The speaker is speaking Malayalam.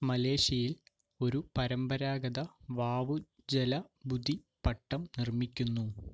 മലേഷ്യയിൽ ഒരു പരമ്പരാഗത വാവു ജല ബുദി പട്ടം നിർമ്മിക്കുന്നു